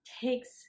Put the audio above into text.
takes